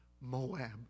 Moab